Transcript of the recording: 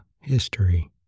History